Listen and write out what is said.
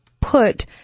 put